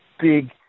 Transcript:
big